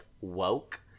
woke